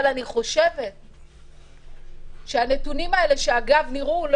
אני חושבת שהנתונים האלה נראו,